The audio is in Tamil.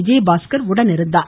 விஜயபாஸ்கர் உடனிருந்தார்